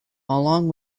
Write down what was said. along